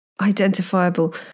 identifiable